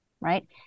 right